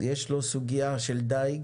יש לו סוגיית דיג